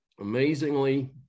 amazingly